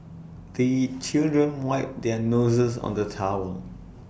the children wipe their noses on the towel